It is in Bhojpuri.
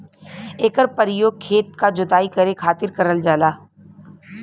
एकर परयोग खेत क जोताई करे खातिर करल जाला